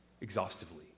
exhaustively